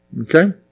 okay